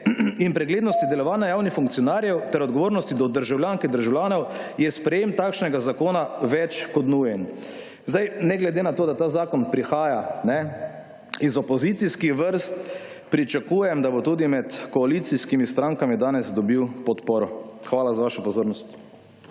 in preglednosti delovanja javnih funkcionarjev ter odgovornosti do državljank in državljanov je sprejetje takšnega zakona več kot nujno. Ne glede na to, da ta zakon prihaja iz opozicijskih vrst, pričakujem, da bo tudi med koalicijskimi strankami danes dobil podporo. Hvala za vašo pozornost.